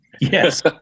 Yes